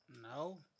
No